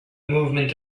movement